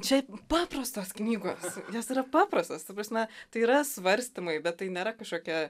šiaip paprastos knygos jos yra paprastos ta prasme tai yra svarstymai bet tai nėra kažkokia